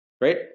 Right